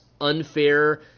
unfair